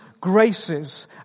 graces